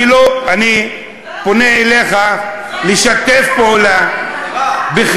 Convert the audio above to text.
אני פונה אליך, אדוני השר, מה הוא צריך לעשות?